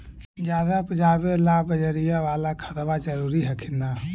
ज्यादा उपजाबे ला बजरिया बाला खदबा जरूरी हखिन न?